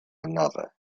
another